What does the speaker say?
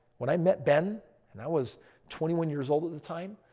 when i met ben and i was twenty one years old at the time,